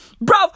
bro